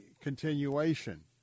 continuation